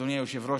אדוני היושב-ראש,